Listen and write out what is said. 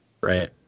Right